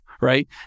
right